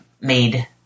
made